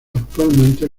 actualmente